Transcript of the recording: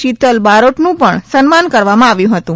શીતલ બારોટનું પણ સન્માન કરવામાં આવ્યું હતું